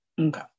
Okay